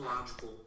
logical